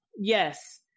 Yes